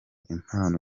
impano